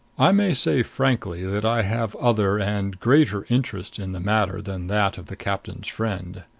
i may say frankly that i have other and greater interest in the matter than that of the captain's friend.